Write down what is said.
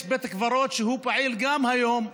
יש בית קברות שהוא פעיל גם היום,